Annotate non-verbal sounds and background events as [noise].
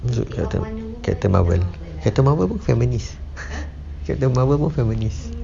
you suka captain marvel captain marvel pun feminist [laughs] captain marvel more feminist